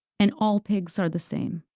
and all pigs are the same.